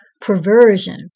perversion